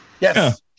Yes